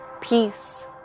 peace